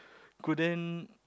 couldn't